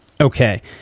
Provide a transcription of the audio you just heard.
Okay